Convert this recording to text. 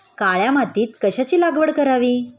काळ्या मातीत कशाची लागवड करावी?